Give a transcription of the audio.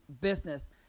business